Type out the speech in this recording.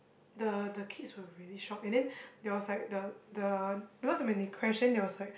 the the kids were really shocked and then there was like the the because when they crash then there was like